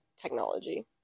technology